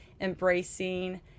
embracing